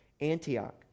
Antioch